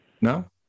No